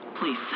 Please